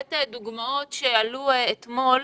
לתת דוגמאות שעלו אתמול,